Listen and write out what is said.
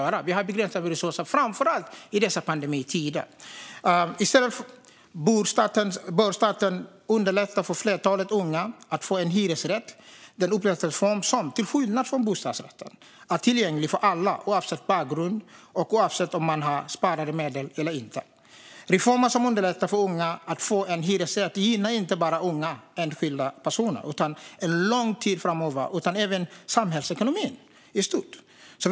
Staten har begränsade resurser, framför allt i dessa pandemitider. Staten bör i stället underlätta för fler unga att få en hyresrätt. Det är en upplåtelseform som till skillnad från bostadsrätten är tillgänglig för alla, oavsett bakgrund och oavsett om man har sparade medel eller inte. Reformer som underlättar för unga att få en hyresrätt gynnar inte bara enskilda unga personer under lång tid framöver utan även samhällsekonomin i stort.